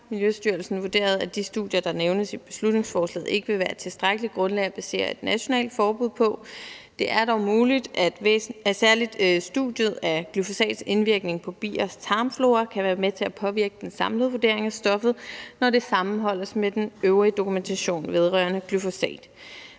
Miljøstyrelsen vurderede, at de studier, der nævnes i beslutningsforslaget, ikke vil være et tilstrækkeligt grundlag at basere et nationalt forbud på. Det er dog muligt, at særlig studiet af glyfosats indvirkning på biers tarmflora kan være med til at påvirke den samlede vurdering af stoffet, når det sammenholdes med den øvrige dokumentation vedrørende glyfosat.